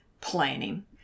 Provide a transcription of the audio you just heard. planning